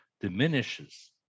diminishes